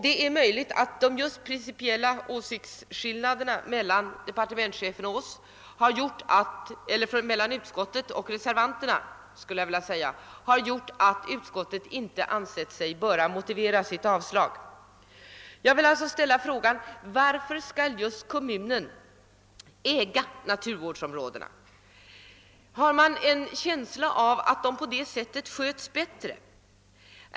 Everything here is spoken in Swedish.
Det är möjligt att de principiella åsiktsskillnaderna mellan utskottsmajoriteten och reservanterna har gjort att utskottet inte ansett sig böra motivera sitt avstyrkande. Jag vill alltså ställa frågan: Varför skall just kommunerna äga naturvårdsområdena? Har man en känsla av att dessa på det sättet sköts bättre?